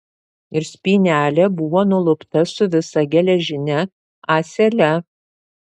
ir spynelė buvo nulupta su visa geležine ąsele